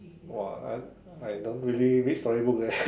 !wah! I I don't really read story book leh